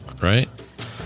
right